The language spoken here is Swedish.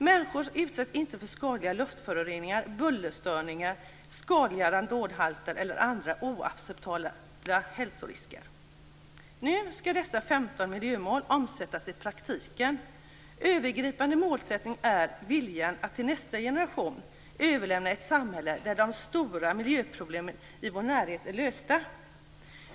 Människor utsätts inte för skadliga luftföroreningar, bullerstörningar, skadliga radonhalter eller andra oacceptabla hälsorisker. Nu skall dessa 15 miljömål omsättas i praktiken. Övergripande målsättning är viljan att till nästa generation överlämna ett samhälle där de stora miljöproblemen i vår närhet är lösta.